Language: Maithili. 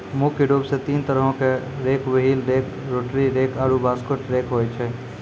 मुख्य रूप सें तीन तरहो क rake wheel rake, rotary rake आरु बास्केट रेक होय छै